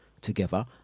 together